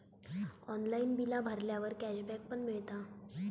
online बिला भरल्यावर cashback पण मिळता